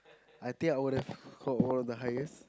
I think I would have got all the highest